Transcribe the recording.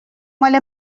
مال